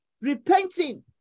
Repenting